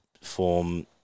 form